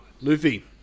Luffy